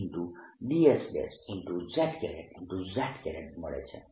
z મળે છે